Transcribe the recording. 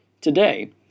today